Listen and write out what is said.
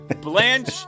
Blanche